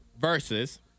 versus